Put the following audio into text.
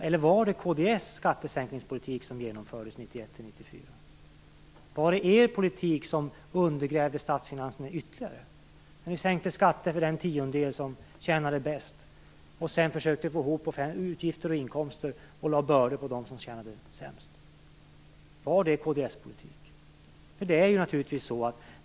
Eller var det kd:s skattesänkningspolitik som genomfördes 1991-94? Var det er politik som ytterligare undergrävde statsfinanserna? När ni sänkte skatter för den tiondel som tjänade mest och sedan försökte få ihop utgifter och inkomster och lade bördor på dem som tjänade sämst, var det kd:s politik?